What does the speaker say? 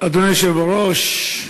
אדוני היושב-ראש,